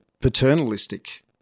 paternalistic